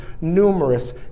numerous